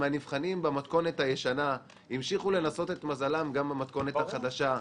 מהנבחנים במתכונת הישנה המשיכו לנסות את מזלם גם במתכונת החדשה.